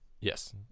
yes